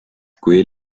kui